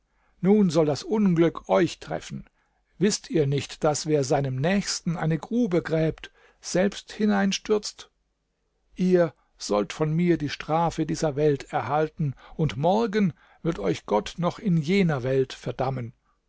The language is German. nun soll das unglück euch treffen wißt ihr nicht daß wer seinem nächsten eine grube gräbt selbst hineinstürzt ihr sollt von mir die strafe dieser welt erhalten und morgen wird euch gott noch in jener welt verdammen